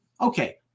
okay